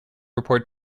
report